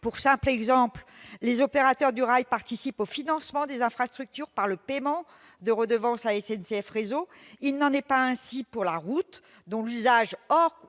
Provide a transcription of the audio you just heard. ce simple exemple : les opérateurs du rail participent au financement des infrastructures par le paiement de redevances à SNCF Réseau. Il n'en est pas ainsi pour la route, dont l'usage, hors autoroute